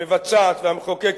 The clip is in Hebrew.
המבצעת והמחוקקת,